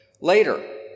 later